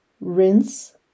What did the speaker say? rinse